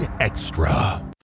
Extra